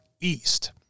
East